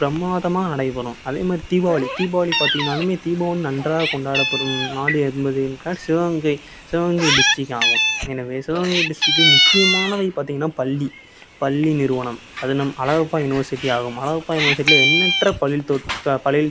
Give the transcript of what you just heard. பிரம்மாதமாக நடைபெறும் அதேமாதிரி தீபாவளி தீபாவளி பார்த்திங்கனாலுமே தீபாவளி நன்றாக கொண்டாடப்படும் நாடு என்பது என்றால் சிவகங்கை சிவகங்கை டிஸ்ட்டிக் ஆவும் எனவே சிவகங்கை டிஸ்ட்ரிக்ட்க்கு முக்கியமானவை பார்த்திங்கன்னா பள்ளி பள்ளி நிறுவனம் அதும் நம் அழகப்பா யூனிவர்சிட்டி ஆகும் அழகப்பா யூனிவர்சிட்டியில் எண்ணற்ற பள்ளியில் தோற் பள்ளியில்